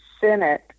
Senate